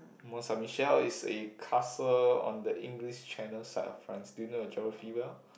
Mont Saint Michel is a castle on the English channel side of France do you know your geography well